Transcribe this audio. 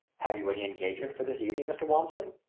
have you any engagement for this evening, mr. walmsley?